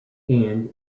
and